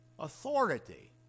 authority